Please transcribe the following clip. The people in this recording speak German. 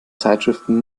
zeitschriften